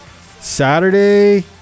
Saturday